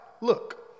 look